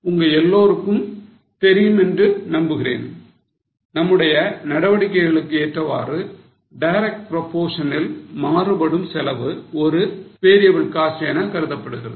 உங்க எல்லோருக்கும் தெரியும்னு நம்புறேன் நம்முடைய நடவடிக்கைகளுக்கு ஏற்றவாறு direct proportion ல் மாறுபடும் செலவு ஒரு variable cost என கருதப்படுகிறது